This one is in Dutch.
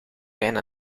bijna